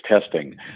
testing